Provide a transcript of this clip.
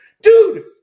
dude